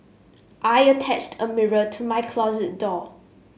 I attached a mirror to my closet door